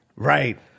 Right